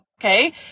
okay